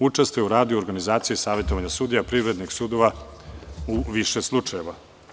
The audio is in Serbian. Učestvuje u radu i organizacije savetovanja sudija privrednih sudova u više slučajeva.